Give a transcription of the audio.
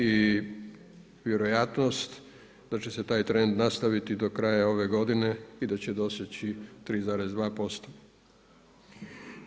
I vjerojatnost da će se taj trend nastaviti do kraja ove godine i da će dostići 3,2%